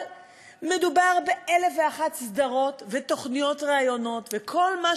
אבל מדובר באלף ואחת סדרות ותוכניות ראיונות וכל מה